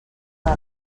per